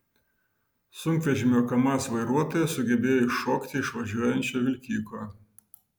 sunkvežimio kamaz vairuotojas sugebėjo iššokti iš važiuojančio vilkiko